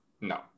No